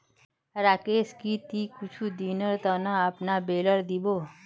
राकेश की ती कुछू दिनेर त न अपनार बेलर दी बो